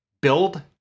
Build